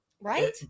right